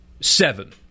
Seven